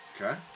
Okay